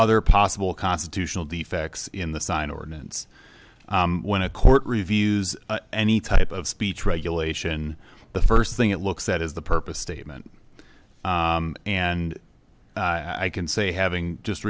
other possible constitutional defects in the sign ordinance when a court reviews any type of speech regulation the first thing it looks at is the purpose statement and i can say having just